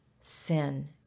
sin